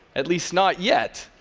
at least not yet,